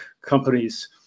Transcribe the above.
companies